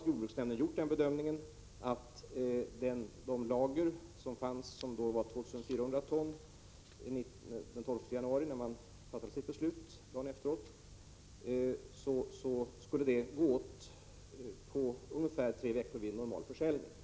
Jordbruksnämnden har gjort den bedömningen att de 2 400 ton som fanns i lagren den 12 januari skulle gå åt på ungefär 3 veckor vid normal försäljning.